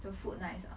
the food nice ah